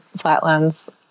Flatlands